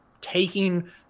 taking